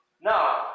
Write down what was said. Now